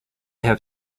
have